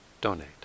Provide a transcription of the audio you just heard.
donate